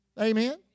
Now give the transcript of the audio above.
Amen